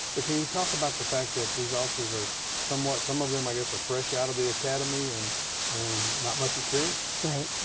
but can you talk about the fact that these officers are somewhat, some of them, i guess, are fresh out of the academy and and not much experience? right,